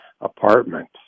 apartment